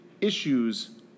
issues